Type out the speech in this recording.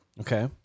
Okay